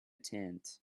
tent